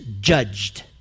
judged